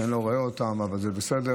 אני לא רואה אותם אבל זה בסדר,